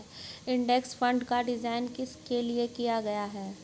Index fund का design किस लिए किया गया है?